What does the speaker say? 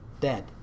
dead